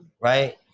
right